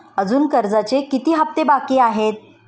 अजुन कर्जाचे किती हप्ते बाकी आहेत?